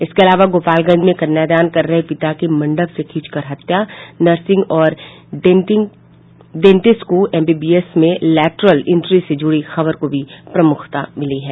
इसके अलावा गोपालगंज में कन्यादान कर रहे पिता की मंडप से खींचकर हत्या नर्सिंग और डेंटिस को एमबीबीएस में लैटरल इंट्री से जुड़ी खबर को भी प्रमुखता मिली है